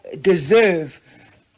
deserve